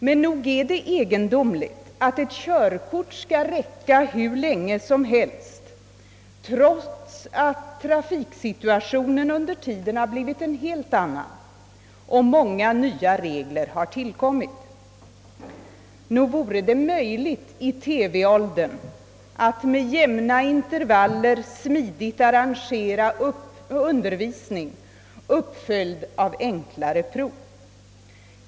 Men nog är det egendomligt att ett körkort skall gälla hur länge som helst trots att trafiksituationen under tiden har blivit en helt annan och många nya regler tillkommit. Nog vore det möjligt i TV-åldern att med jämna intervaller smidigt arrangera undervisning, uppföljd genom enklare prov.